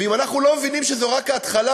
ואם אנחנו לא מבינים שזו רק ההתחלה,